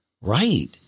right